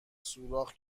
سوراخ